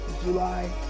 July